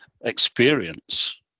experience